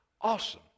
awesome